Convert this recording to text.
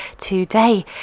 today